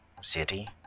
city